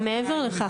גם מעבר לכך,